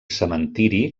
cementiri